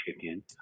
chicken